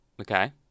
Okay